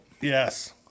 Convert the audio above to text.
Yes